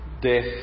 death